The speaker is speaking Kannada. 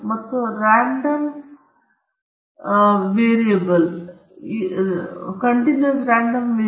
5 1 3 ಅಥವಾ ಅನಂತವಾಗಿರಬಹುದು ಇದು z ಗೆ ಮೈನಸ್ ಅನಂತಕ್ಕೆ ಸಮನಾಗಿರುತ್ತದೆ x ನ dx ನ ಅವಿಭಾಜ್ಯವಾಗಿದೆ ಮತ್ತು ಅದನ್ನು z ನ f z ನ ಬಂಡವಾಳ F ಯಿಂದ ಸೂಚಿಸಲಾಗುತ್ತದೆ